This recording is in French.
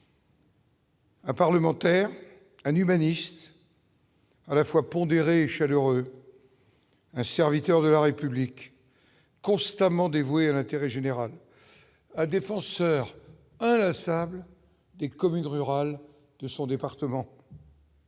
Un parlementaire, un humaniste à la fois pondéré, chaleureux, un serviteur de la République constamment dévoués à l'intérêt général a défenseur des communes rurales de son département.